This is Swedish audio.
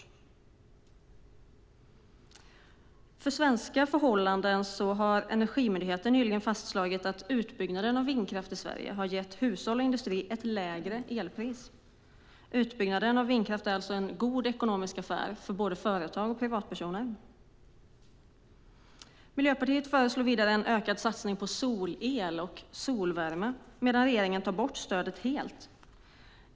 När det gäller svenska förhållanden har Energimyndigheten nyligen fastslagit att utbyggnaden av vindkraft i Sverige har gett hushåll och industri ett lägre elpris. Utbyggnaden av vindkraften är alltså en ekonomiskt god affär för både företag och privatpersoner. Vidare föreslår Miljöpartiet en ökad satsning på solel och solvärme, medan regeringen helt tar bort det stödet.